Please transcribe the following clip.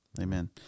Amen